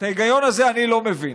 את ההיגיון הזה אני לא מבין.